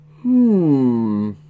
Hmm